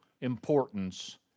importance